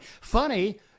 funny